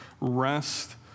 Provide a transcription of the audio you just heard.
rest